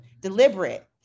Deliberate